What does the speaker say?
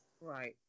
Right